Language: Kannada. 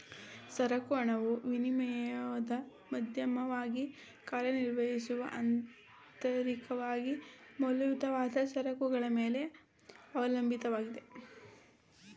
ಸರಕು ಹಣವು ವಿನಿಮಯದ ಮಾಧ್ಯಮವಾಗಿ ಕಾರ್ಯನಿರ್ವಹಿಸುವ ಅಂತರಿಕವಾಗಿ ಮೌಲ್ಯಯುತವಾದ ಸರಕುಗಳ ಮೇಲೆ ಅವಲಂಬಿತವಾಗಿದೆ